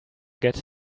get